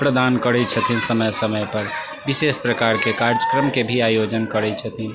प्रदान करै छथिन समय समयपर विशेष प्रकारके कार्यक्रमके भी आयोजन करै छथिन